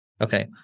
Okay